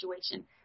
situation